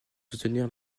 soutenir